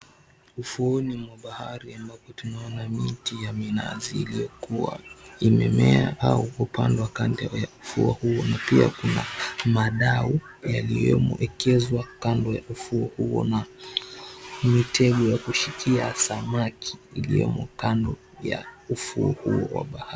Ufuoni mwa bahari ambapo tunaona miti ya minazi iliyokuwa imemea au kupandwa kando ya ufuo huo ikiwa Kuna maadau yaliyoenekezwa kando ya ufuo huo na mti ya kushikia samaki iliyomo kando ya ufuo huo wa bahari.